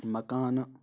مکانہٕ